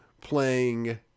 playing